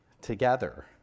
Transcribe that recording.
together